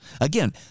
Again